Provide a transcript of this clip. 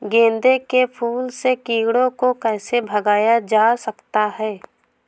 गेंदे के फूल से कीड़ों को कैसे भगाया जा सकता है?